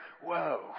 whoa